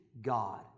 God